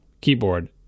keyboard